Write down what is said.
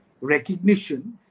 recognition